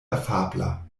afabla